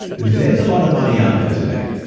there's a lot of money out there today.